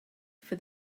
for